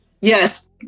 Yes